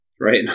Right